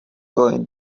going